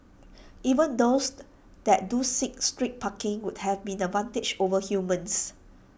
even those that do seek street parking would have an advantage over humans